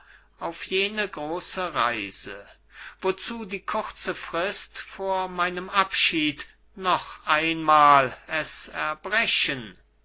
auf jene große reise wozu die kurze frist vor meinem abschied noch einmal es erbrechen